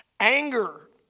Anger